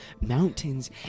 mountains